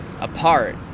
apart